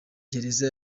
gereza